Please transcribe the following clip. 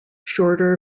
shorter